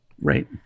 Right